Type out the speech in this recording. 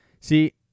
See